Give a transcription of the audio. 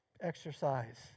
exercise